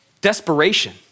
desperation